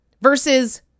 versus